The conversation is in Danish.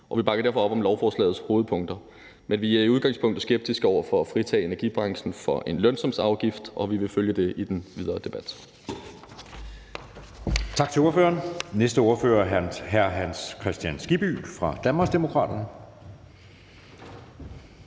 og vi bakker derfor op om lovforslagets hovedpunkter. Men vi er i udgangspunktet skeptiske over for at fritage energibranchen for en lønsumsafgift, og vi vil følge det i den videre debat.